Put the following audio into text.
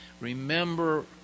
Remember